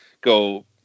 go